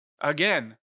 Again